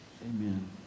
Amen